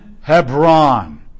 Hebron